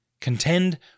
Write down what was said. Contend